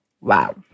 Wow